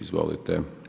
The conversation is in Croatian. Izvolite.